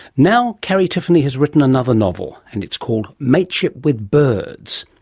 now carrie tiffany has written another novel and it's called mateship with birds.